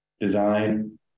design